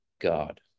God